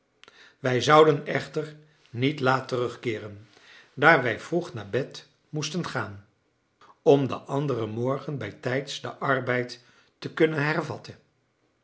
wij zouden echter niet laat terugkeeren daar wij vroeg naar bed moesten gaan om den anderen morgen bijtijds den arbeid te kunnen hervatten